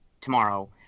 tomorrow